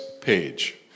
page